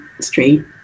straight